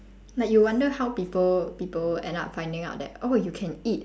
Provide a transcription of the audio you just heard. like you wonder how people people end up finding out that oh you can eat